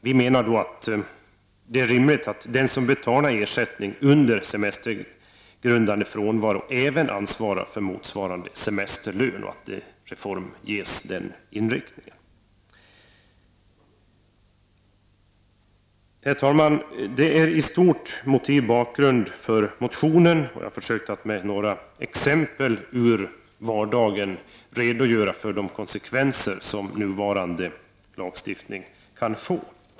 Vi menar att det är rimligt att den som betalar ersättning under semester grundande frånvaro även ansvarar för motsvarande semesterlön och att reformen bör ges den inriktningen. Herr talman! Detta är i stort motiven bakom motionen, och jag har försökt att med några exempel ur vardagen redogöra för de konsekvenser som nuvarande lagstiftning kan få.